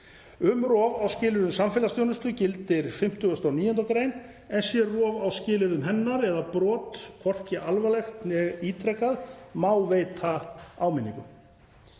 Um rof á skilyrðum samfélagsþjónustu gildir 59. gr., en sé rof á skilyrðum hennar eða brot hvorki alvarlegt né ítrekað má veita áminningu.“